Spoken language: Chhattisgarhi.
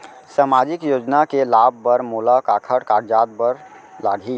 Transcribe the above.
सामाजिक योजना के लाभ बर मोला काखर कागजात बर लागही?